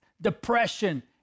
depression